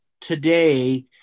today